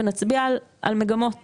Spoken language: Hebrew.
ונצביע על מגמות